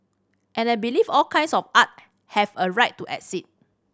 and I believe all kinds of art have a right to exist